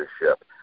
leadership